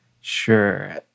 sure